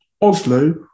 Oslo